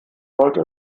sollte